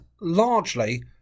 largely